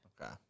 Okay